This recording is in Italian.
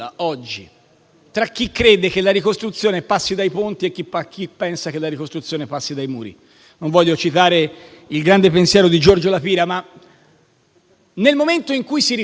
tra chi crede che la ricostruzione passi dai ponti e chi pensa che la ricostruzione passi dai muri. Non voglio citare il grande pensiero di Giorgio La Pira, ma nel momento in cui si riparte